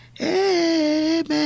Amen